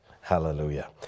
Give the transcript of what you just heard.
Hallelujah